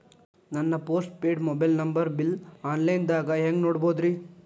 ನನ್ನ postpaid mobile number bill, online ದಾಗ ಹ್ಯಾಂಗ್ ನೋಡೋದ್ರಿ?